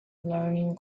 running